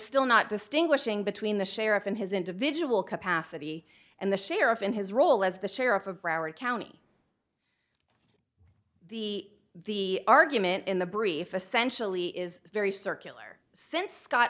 still not distinguishing between the sheriff in his individual capacity and the sheriff in his role as the sheriff of broward county the the argument in the brief essentially is very circular since scott